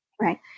Right